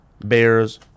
Bears